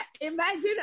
Imagine